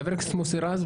חבר הכנסת מוסי רז,